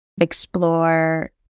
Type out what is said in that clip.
explore